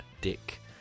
dick